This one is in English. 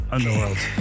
Underworld